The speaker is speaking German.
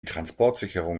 transportsicherung